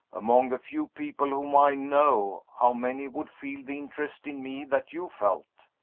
among the few people whom i know, how many would feel the interest in me that you felt?